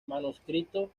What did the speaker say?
manuscrito